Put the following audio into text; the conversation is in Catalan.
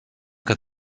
que